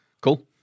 Cool